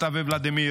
אתה וולדימיר,